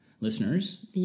listeners